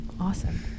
Awesome